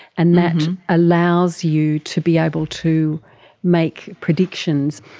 and that allows you to be able to make predictions,